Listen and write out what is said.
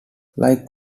like